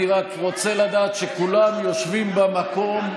אני רק רוצה לדעת שכולם יושבים במקום.